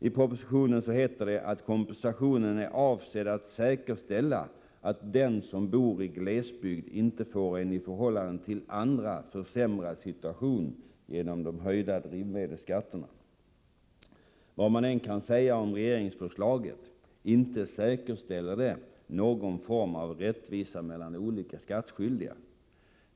I propositionen heter det att kompensationen är avsedd att säkerställa att den som bor i glesbygd inte får en i förhållande till andra försämrad situation Vad man än kan säga om regeringsförslaget, inte säkerställer det någon form av rättvisa mellan olika skattskyldiga.